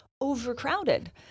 overcrowded